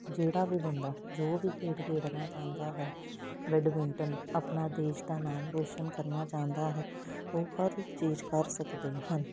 ਜਿਹੜਾ ਵੀ ਬੰਦਾ ਜੋ ਵੀ ਖੇਡ ਖੇਡਣਾ ਚਾਹੁੰਦਾ ਹੈ ਬੈਡਮਿੰਟਨ ਆਪਣਾ ਦੇਸ਼ ਦਾ ਨਾਮ ਰੋਸ਼ਨ ਕਰਨਾ ਚਾਹੁੰਦਾ ਹੈ ਉਹ ਹਰ ਚੀਜ਼ ਕਰ ਸਕਦੇ ਹਨ